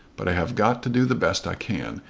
but i have got to do the best i can,